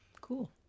Cool